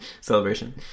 Celebration